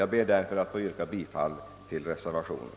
Jag ber därför att få yrka bifall till reservationen.